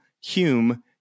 Hume